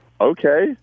Okay